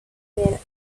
well